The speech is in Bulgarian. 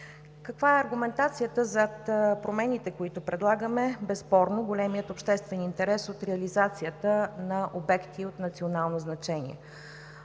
Каква е аргументацията за промените, които предлагаме? Безспорно, големият обществен интерес от реализацията на обекти от национално значение.